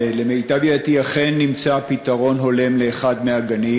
למיטב ידיעתי אכן נמצא פתרון הולם לאחד מהגנים.